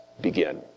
begin